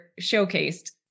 showcased